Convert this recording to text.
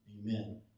Amen